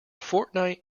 fortnight